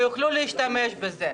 ויוכלו להשתמש בזה.